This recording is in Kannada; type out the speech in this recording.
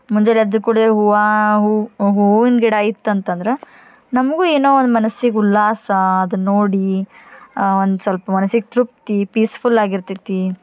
ಮುಂಜಾನ್ ಎದ್ದ ಕುಳೆ ಹೂವು ಹೂವಿನ ಗಿಡ ಐತೆ ಅಂತಂದ್ರೆ ನಮಗೂ ಏನೋ ಒಂದು ಮನಸಿಗೆ ಉಲ್ಲಾಸ ಅದು ನೋಡಿ ಒಂದು ಸಲ್ಪ ಮನಸಿಗೆ ತೃಪ್ತಿ ಪೀಸ್ಫುಲ್ ಆಗಿರ್ತೈತಿ